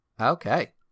Okay